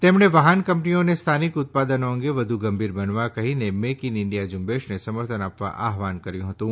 તેમણે વાહન કંપનીઓને સ્થાનિક ઉત્પાદનો અંગે વધુ ગંભીર બનવા કહીને મેઇક ઇન ઇન્ડિયા ઝુંબેશને સમર્થન આપવા આહ્વાન કર્યું હતું